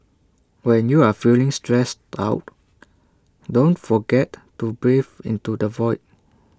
when you are feeling stressed out don't forget to breathe into the void